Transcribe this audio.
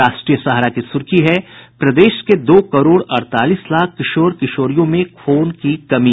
राष्ट्रीय सहारा की सुर्खी है प्रदेश के दो करोड़ अड़तालीस लाख किशोर किशोरियों में खून की कमी